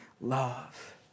love